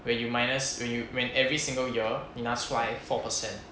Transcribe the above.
where you minus when you when every single year 你拿出来 four percent